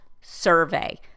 survey